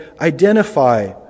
identify